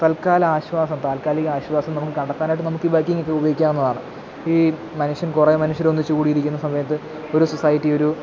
തൽക്കാല ആശ്വാസം താത്കാലിക ആശ്വാസം നമുക്ക് കണ്ടെത്താനായിട്ട് നമുക്കീ ബൈക്കിങ്ങൊക്കെ ഉപയോഗിക്കാവുന്നതാണ് ഈ മനുഷ്യൻ കുറേ മനുഷ്യരൊന്നിച്ച് കൂടിയിരിക്കുന്ന സമയത്ത് ഒരു സൊസൈറ്റി ഒരു